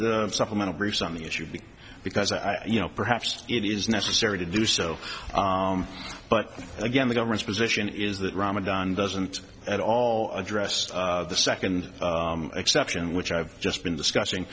a supplemental briefs on the issue because i you know perhaps it is necessary to do so but again the government's position is that ramadan doesn't at all address the second exception which i've just been discussing